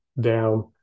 down